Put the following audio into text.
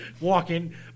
walking